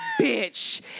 bitch